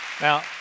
now